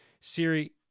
Siri